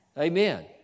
Amen